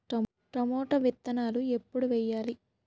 Tomato విత్తనాలు ఎప్పుడు వెయ్యాలి?